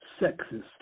sexist